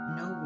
no